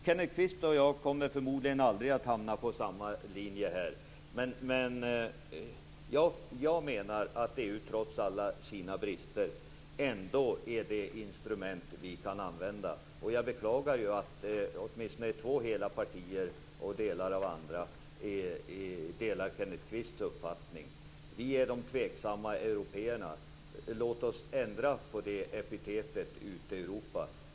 Kenneth Kvist och jag kommer förmodligen aldrig att hamna på samma linje i det här fallet, men jag tycker att EU, trots alla sina brister, ändå är det instrument som vi kan använda. Jag beklagar att åtminstone två hela partier och delar av andra partier ställer sig bakom Kenneth Kvists uppfattning: Vi är de tveksamma européerna. Låt oss ändra på det epitetet.